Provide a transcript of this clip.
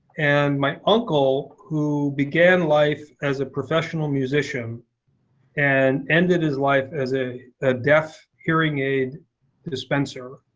and my uncle, who began life as a professional musician and ended his life as a a deaf hearing aid dispenser,